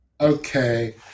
okay